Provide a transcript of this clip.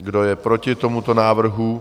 Kdo je proti tomuto návrhu?